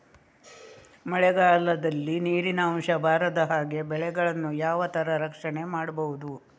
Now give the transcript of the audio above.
ಮಳೆಗಾಲದಲ್ಲಿ ನೀರಿನ ಅಂಶ ಬಾರದ ಹಾಗೆ ಬೆಳೆಗಳನ್ನು ಯಾವ ತರ ರಕ್ಷಣೆ ಮಾಡ್ಬಹುದು?